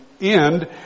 end